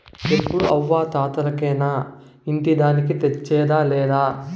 ఎప్పుడూ అవ్వా తాతలకేనా ఇంటి దానికి తెచ్చేదా లేదా